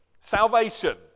Salvation